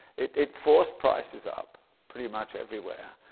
it it forced prices up pretty much everywhere.